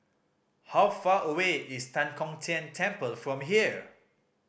how far away is Tan Kong Tian Temple from here